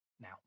Now